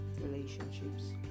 relationships